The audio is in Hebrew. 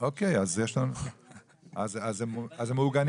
ילדים או ילדים